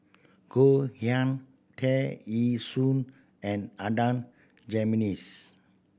Goh Yihan Tear Ee Soon and Adan Jimenez